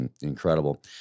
incredible